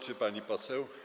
Czy pani poseł.